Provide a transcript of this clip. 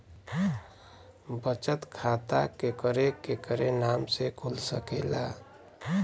बचत खाता केकरे केकरे नाम से कुल सकेला